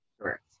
Correct